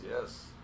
Yes